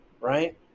right